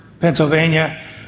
Pennsylvania